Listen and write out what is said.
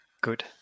Good